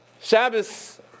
Shabbos